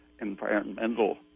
environmental